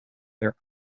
their